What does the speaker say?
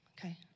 Okay